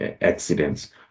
accidents